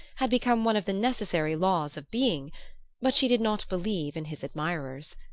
had become one of the necessary laws of being but she did not believe in his admirers.